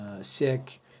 sick